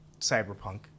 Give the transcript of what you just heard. Cyberpunk